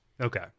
Okay